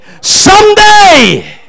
someday